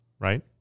Right